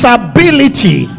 ability